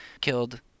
killed